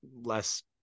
less